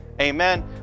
Amen